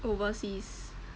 overseas